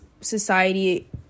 society